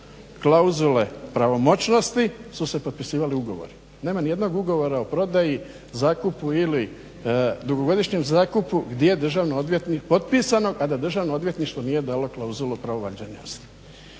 klauzule pravomoćnosti su se potpisivali ugovori. Nema nijednog ugovora o prodaji, zakupu ili dugogodišnjem zakupu gdje potpisano gdje Državno odvjetništvo nije dalo klauzulu pravovaljanosti.